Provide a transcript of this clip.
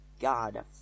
God